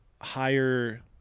higher